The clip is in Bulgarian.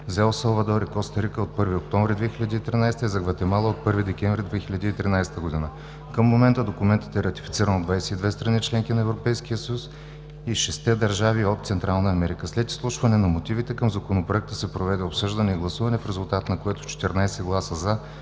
Ел Салвадор и Коста Рика – от 1 октомври 2013 г., и за Гватемала – от 1 декември 2013 г. Към момента документът е ратифициран от 22 страни – членки на Европейския съюз, и от шестте държави от Централна Америка. След изслушване на мотивите към Законопроекта се проведе обсъждане и гласуване, в резултат на което с 14 гласа